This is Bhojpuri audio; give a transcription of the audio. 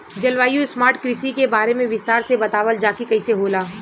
जलवायु स्मार्ट कृषि के बारे में विस्तार से बतावल जाकि कइसे होला?